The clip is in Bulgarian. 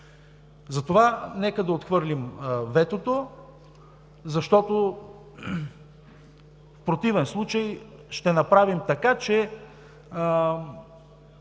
това. Нека да отхвърлим ветото, защото в противен случай ще направим така, че